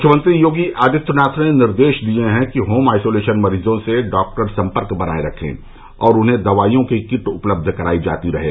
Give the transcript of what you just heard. मुख्यमंत्री योगी आदित्यनाथ ने निर्देश दिये हैं कि होम आइसोलेशन मरीजों से डॉक्टर सम्पर्क बनाये रखे और उन्हें दवाइयों की किट उपलब्ध कराई जाती रहें